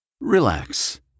Relax